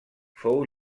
fou